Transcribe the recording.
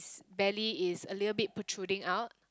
belly is a little bit protruding out